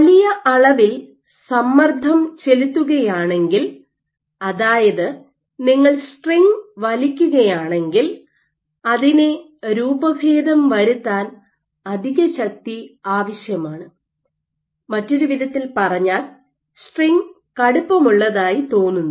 വലിയ അളവിൽ സമ്മർദ്ദം ചെലുത്തുകയാണെങ്കിൽ അതായത് നിങ്ങൾ സ്ട്രിംഗ് വലിക്കുകയാണെങ്കിൽ അതിനെ രൂപഭേദം വരുത്താൻ അധിക ശക്തി ആവശ്യമാണ് മറ്റൊരു വിധത്തിൽ പറഞ്ഞാൽ സ്ട്രിംഗ് കടുപ്പമുള്ളതായി തോന്നുന്നു